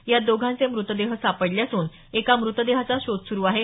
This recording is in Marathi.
यात दोघांचे मृतदेह सापडले असून एका मृतदेहाचा शोध सुरु आहे